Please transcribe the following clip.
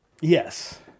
Yes